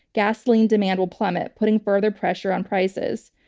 gasoline demand will plummet, putting further pressure on prices.